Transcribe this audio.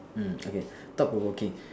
mm okay thought provoking